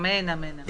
אמן ואמן.